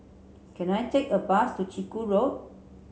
can I take a bus to Chiku Road